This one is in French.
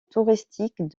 touristique